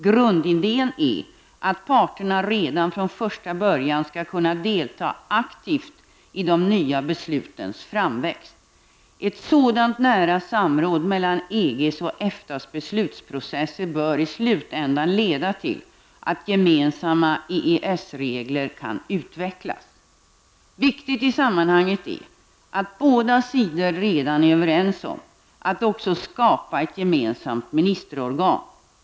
Grundidén är att parterna redan från första början skall kunna delta aktivt i de nya beslutens framväxt. Ett sådant nära samråd mellan EGs och EFTAs beslutsprocesser bör i slutändan leda till att gemensamma EES-regler kan utvecklas. Viktigt i sammanhanget är att båda sidor redan är överens om att också skapa ett gemensamt ministerorgan.